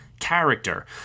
character